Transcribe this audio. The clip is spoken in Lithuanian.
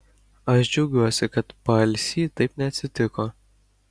aš džiaugiuosi kad paalsy taip neatsitiko